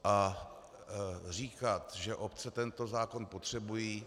A říkat, že obce tento zákon potřebují.